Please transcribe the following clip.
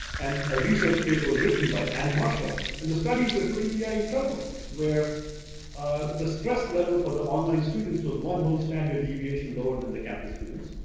and a research paper written by anne marshall, and the studies were pretty yeah incredible. where ah the stress level for the online students was one whole standard deviation lower than the campus students.